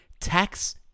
tax